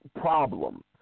problem